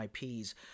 IPs